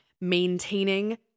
Maintaining